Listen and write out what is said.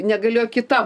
negalėjo kita